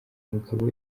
umugabo